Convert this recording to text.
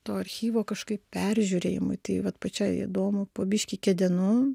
to archyvo kažkaip peržiūrėjimui tai vat pačiai įdomu po biškį kedenu